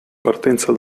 partenza